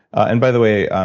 and by the way,